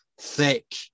thick